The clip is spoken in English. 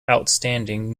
outstanding